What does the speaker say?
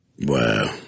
Wow